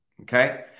okay